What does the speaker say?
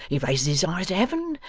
he raises his eyes to heaven,